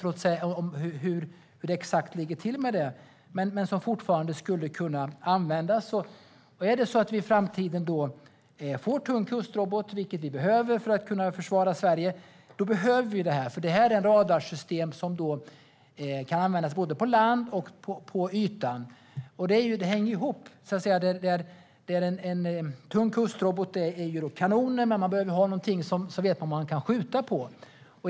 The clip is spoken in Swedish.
Vi kan kolla upp efteråt exakt hur det ligger till med det. Är det så att vi i framtiden då får tung kustrobot, vilket vi behöver för att kunna försvara Sverige, behöver vi det här, för det här är radarsystem som kan användas både på land och på ytan. Det hänger ihop. En tung kustrobot består av kanoner, men det behövs något som man kan skjuta på.